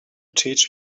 teach